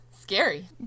Scary